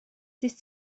здесь